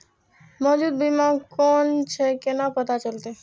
मौजूद बीमा कोन छे केना पता चलते?